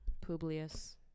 Publius